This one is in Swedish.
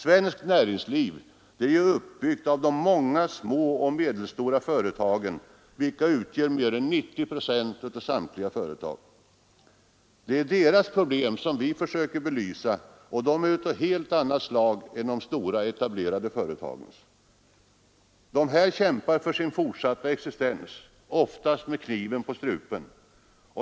Svenskt näringsliv är uppbyggt av de många små och medelstora företagen, vilka utgör över 90 procent av samtliga företag. Det är deras problem som vi försöker belysa, och dessa är av helt annat slag än de stora etablerade företagens. De här kämpar för sin fortsatta existens, oftast med kniven på strupen.